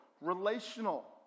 relational